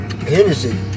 Hennessy